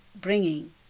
bringing